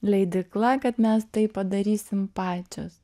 leidykla kad mes tai padarysim pačios